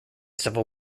civil